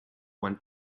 went